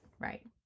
right